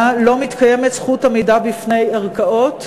לא מתקיימת זכות עמידה בפני ערכאות,